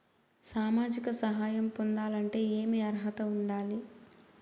సామాజిక సహాయం పొందాలంటే ఏమి అర్హత ఉండాలి?